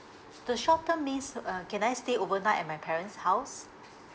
the short term means uh can I stay overnight at my parents' house